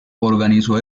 organizó